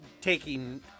taking